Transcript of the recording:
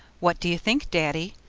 what do you think, daddy?